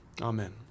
amen